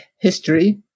history